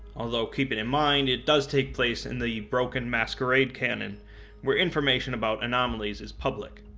although keeping in mind it does take place in the broken masquerade canon where information about anomalies is public.